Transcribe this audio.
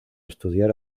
estudiar